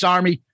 Army